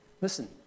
Listen